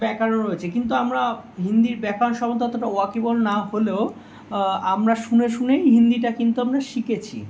ব্যাকারণ রয়েছে কিন্তু আমরা হিন্দির ব্যাকারণ সম্বন্ধে অতটা ওয়াকিবহল না হলেও আমরা শুনে শুনে হিন্দিটা কিন্তু আমরা শিখেছি